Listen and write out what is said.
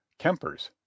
Kempers